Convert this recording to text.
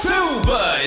Super